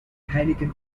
heineken